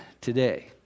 today